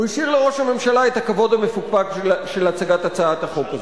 הוא השאיר לראש הממשלה את הכבוד המפוקפק של הצגת הצעת החוק הזו.